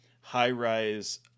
high-rise